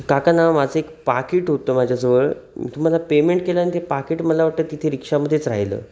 काका ना माझं एक पाकीट होतं माझ्याजवळ तुम्हाला पेमेंट केलं आणि ते पाकीट मला वाटतं तिथे रिक्षामध्येच राहिलं